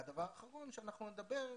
והדבר האחרון שאנחנו נדבר,